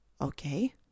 Okay